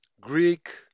Greek